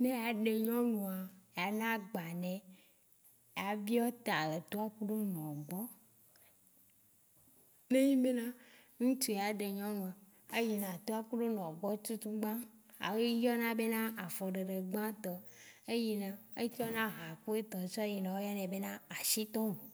Ne eya ɖe nyɔnua, eya na agba nɛ, eya biɔ ta le tɔ ku nɔ gbɔ. Ne enyi bena ŋtsu ya ɖe nyɔnua, a yi na etɔa kuɖo nɔa gbɔ tutu gbã, ayi biɔ na be na, afɔ ɖeɖe gbã tɔ, eyina, etsɔ ha ku etɔ tsɔ yina o yɔnɛ be na ashitɔ bu